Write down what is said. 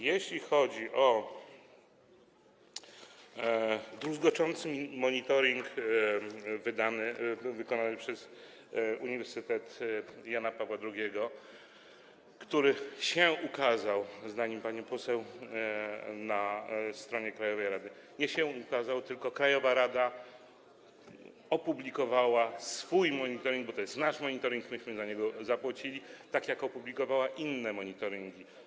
Jeśli chodzi o druzgocący monitoring wykonany przez uniwersytet Jana Pawła II, który się ukazał, zdaniem pani poseł, na stronie krajowej rady, to on się nie ukazał, tylko krajowa rada opublikowała swój monitoring, bo to jest nasz monitoring, myśmy za niego zapłacili, tak jak opublikowała inne monitoringi.